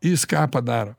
jis ką padaro